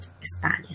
Spanish